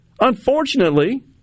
unfortunately